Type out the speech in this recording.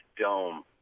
dome